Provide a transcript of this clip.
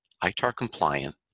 ITAR-compliant